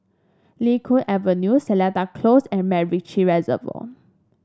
Kee Sun Avenue Seletar Close and MacRitchie Reservoir